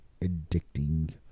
addicting